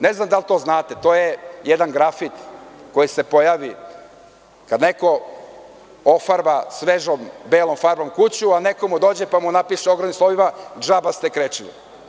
Ne znam da li to znate, to je jedan grafit koji se pojavi kada neko ofarba svežom belom farbom kuću, a neko mu dođe pa napiše ogromnim slovima – džaba ste krečili.